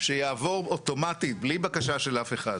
שיעבור אוטומטית בלי בקשה של אף אחד.